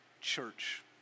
church